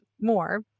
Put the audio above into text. more